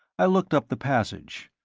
i looked up the passage,